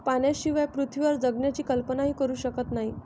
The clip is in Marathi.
पाण्याशिवाय पृथ्वीवर जगण्याची कल्पनाही करू शकत नाही